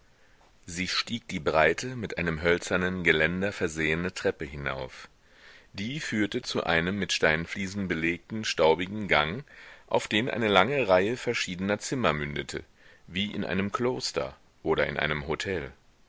sie stieg die breite mit einem hölzernen geländer versehene treppe hinauf die führte zu einem mit steinfliesen belegten staubigen gang auf den eine lange reihe verschiedener zimmer mündete wie in einem kloster oder in einem hotel